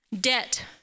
Debt